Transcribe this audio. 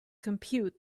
compute